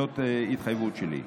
זאת התחייבות שלי.